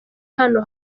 hano